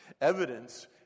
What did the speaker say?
evidence